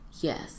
Yes